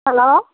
hello